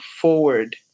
forward